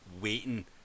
waiting